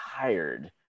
tired